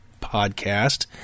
podcast